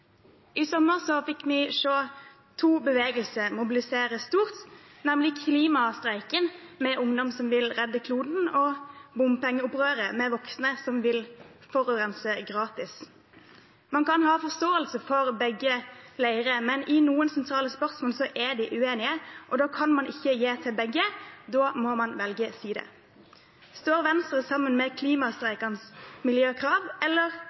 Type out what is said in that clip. I sommer fikk vi se to bevegelser mobilisere stort, nemlig klimastreiken, med ungdom som vil redde kloden, og bompengeopprøret, med voksne som vil forurense gratis. Man kan ha forståelse for begge leirene, men i noen sentrale spørsmål er de uenige. Da kan man ikke gi til begge – da må man velge side. Står Venstre sammen med de klimastreikendes miljøkrav eller